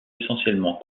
essentiellement